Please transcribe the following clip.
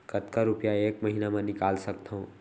कतका रुपिया एक महीना म निकाल सकथव?